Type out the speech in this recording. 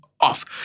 off